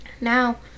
now